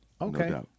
Okay